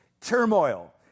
turmoil